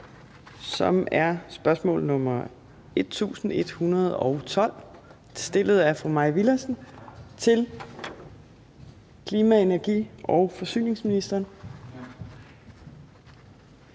som er spørgsmål nr. S 1112 stillet af fru Mai Villadsen til klima-, energi- og forsyningsministeren.